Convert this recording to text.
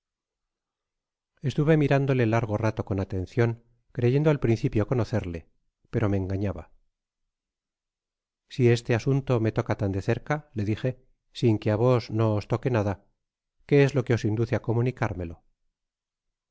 estuve mirándole largo rato con atencion creyendo al principio conocerle pero me engañaba si este asunto me toca tan de cerca le dije sin que á vos no os toque nada qué es lo que os induce á comunicármelo